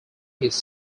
his